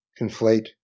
conflate